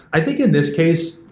i think in this case,